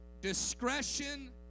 Discretion